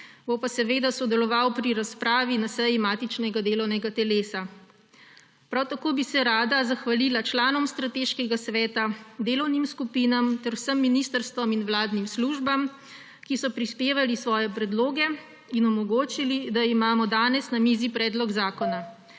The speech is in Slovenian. bo pa seveda sodeloval pri razpravi na seji matičnega delovnega telesa. Prav tako bi se rada zahvalila članom Strateškega sveta, delovnim skupinam ter vsem ministrstvom in vladnim službam, ki so prispevali svoje predloge in omogočili, da imamo danes na mizi predlog zakona.